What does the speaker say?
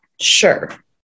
Sure